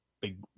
big